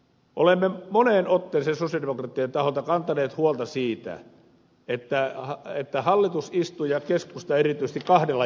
olemme moneen otteeseen sosialidemokraattien taholta kantaneet huolta siitä että hallitus istuu ja keskusta erityisesti kahdella jakkaralla